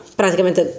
praticamente